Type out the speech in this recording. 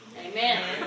Amen